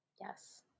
Yes